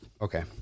Okay